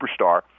superstar